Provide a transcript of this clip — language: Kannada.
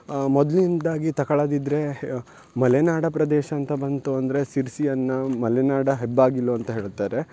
ಮೊದಲಿಂದಾಗಿ ತಕಳದಿದ್ದರೆ ಮಲೆನಾಡ ಪ್ರದೇಶ ಅಂತ ಬಂತು ಅಂದರೆ ಶಿರ್ಸಿಯನ್ನ ಮಲೆನಾಡ ಹೆಬ್ಬಾಗಿಲು ಅಂತ ಹೇಳ್ತಾರೆ